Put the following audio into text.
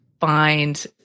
find